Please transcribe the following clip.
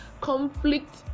conflict